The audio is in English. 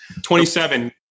27